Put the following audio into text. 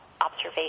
observation